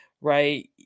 right